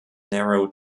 narrow